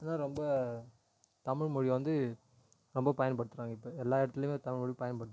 இதான் ரொம்ப தமிழ்மொழியை வந்து ரொம்ப பயன்படுத்துகிறாங்க இப்போ எல்லா இடத்துலையுமே தமிழ்மொழி பயன்படுது